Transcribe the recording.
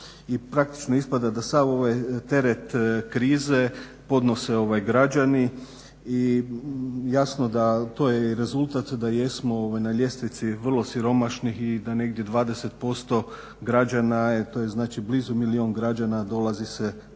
praktički ispada da sav ovaj teret krize podnose građani i jasno da to je i rezultat da jesmo na ljestvici vrlo siromašnih i da negdje 20% građana, to je znači blizu milijun građana, nalazi se u